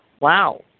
Wow